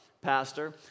Pastor